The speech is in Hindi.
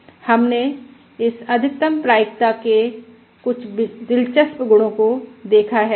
और हमने इस अधिकतम प्रायिकता के कुछ दिलचस्प गुणों को देखा है